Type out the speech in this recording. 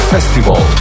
Festival